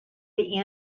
the